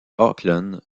oakland